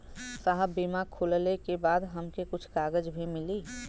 साहब बीमा खुलले के बाद हमके कुछ कागज भी मिली?